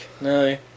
No